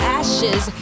ashes